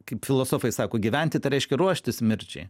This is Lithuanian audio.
kaip filosofai sako gyventi tai reiškia ruoštis mirčiai